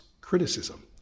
criticism